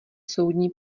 soudní